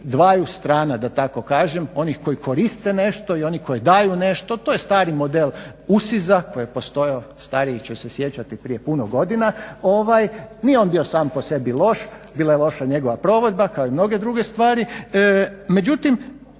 dvaju strana da tako kažem, onih koji koriste nešto i oni koji daju nešto. To je stari model … /Govornik se ne razumije./… koji je postojao, stariji će se sjećati prije puno godina. Nije on bio sam po sebi loš, bila je loša njegova provedba kao i mnoge druge stvari. Međutim,